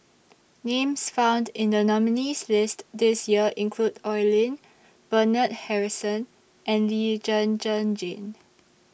Names found in The nominees' list This Year include Oi Lin Bernard Harrison and Lee Zhen Zhen Jane